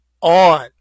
on